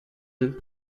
deux